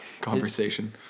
conversation